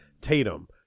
Tatum